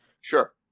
Sure